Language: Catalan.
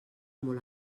molt